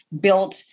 built